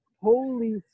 holy